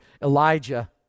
Elijah